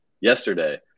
yesterday